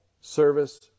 service